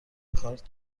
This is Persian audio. کارت